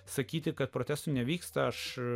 sakyti kad protestų nevyksta aš